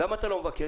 למה אתה לא מבקש?